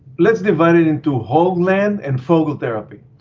let's divide it into whole gland and focal therapy.